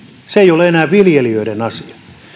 se ei ole enää viljelijöiden asia